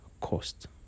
cost